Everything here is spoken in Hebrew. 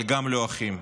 אבל גם לא אחים.